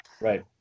right